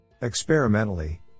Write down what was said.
Experimentally